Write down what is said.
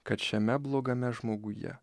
kad šiame blogame žmoguje